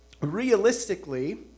realistically